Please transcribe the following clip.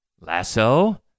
lasso